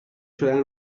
شدن